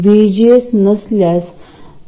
आता अर्थातच आपल्या याचे विश्लेषण करावे लागेल